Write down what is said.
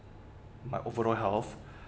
overall health